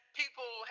people